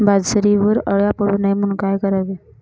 बाजरीवर अळ्या पडू नये म्हणून काय करावे?